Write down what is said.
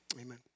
Amen